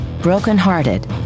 brokenhearted